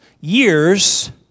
years